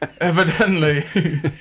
evidently